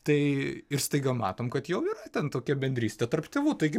tai ir staiga matom kad jau yra ten tokia bendrystė tarp tėvų taigi